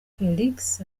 felix